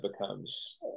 becomes